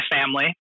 family